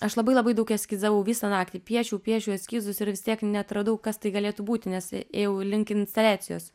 aš labai labai daug eskizavau visą naktį piešiau piešiau eskizus ir vis tiek neatradau kas tai galėtų būti nes ėjau link instaliacijos